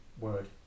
word